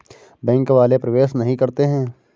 Bank वाले प्रवेश नहीं करते हैं?